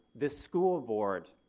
the school board,